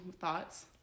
thoughts